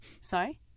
sorry